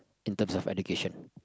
in terms of education